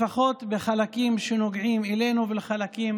לפחות בחלקים שנוגעים אלינו ולחלקים